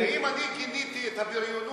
אז אם אני גיניתי את הבריונות,